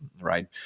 right